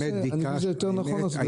אני חושב שיותר נכון לעשות את זה.